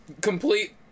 complete